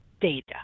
data